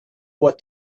what